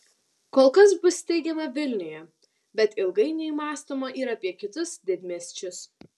kol kas bus steigiama vilniuje bet ilgainiui mąstoma ir apie kitus didmiesčius